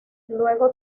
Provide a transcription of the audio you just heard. luego